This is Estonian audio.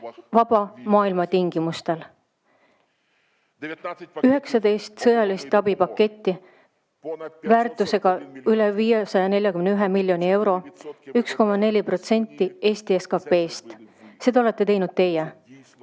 vaba maailma tingimustel. 19 sõjalist abipaketti väärtusega üle 541 miljoni euro, 1,4% protsenti Eesti SKP-st. Seda olete teinud teie